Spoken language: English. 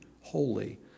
holy